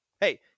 Hey